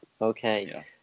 Okay